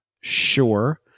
Sure